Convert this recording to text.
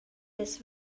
des